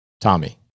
Tommy